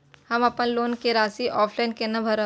हम अपन लोन के राशि ऑफलाइन केना भरब?